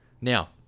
Now